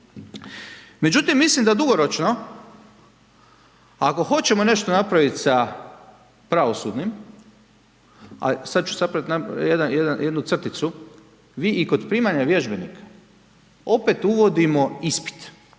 Međutim, mislim da dugoročno, ako hoćemo nešto napraviti sa pravosudnim, a sada ću napraviti jednu crticu, vi i kod primanja vježbenika, opet uvodimo ispit.